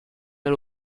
are